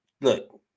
look